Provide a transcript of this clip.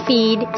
Feed